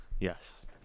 Yes